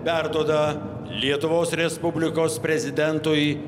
perduoda lietuvos respublikos prezidentui